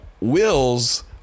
wills